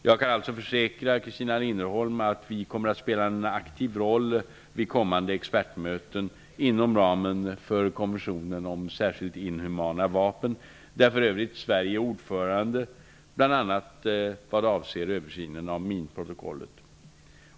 Jag kan alltså försäkra Christina Linderholm att vi kommer att spela en aktiv roll vid kommande expertmöten inom ramen för konventionen om särskilt inhumana vapen, där för övrigt Sverige är ordförande, bl.a. vad avser översynen av minprotokollet.